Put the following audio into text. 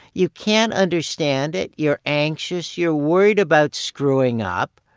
you can't understand it. you're anxious. you're worried about screwing up.